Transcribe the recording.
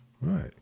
right